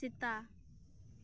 ᱥᱮᱛᱟ